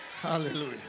Hallelujah